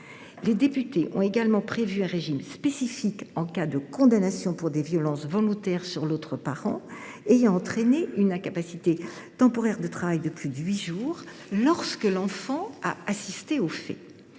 Les députés ont également prévu un régime spécifique en cas de condamnation pour des violences volontaires sur l’autre parent ayant entraîné une ITT de plus de huit jours, lorsque l’enfant a assisté aux faits.